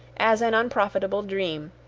as an unprofitable dream,